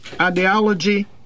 ideology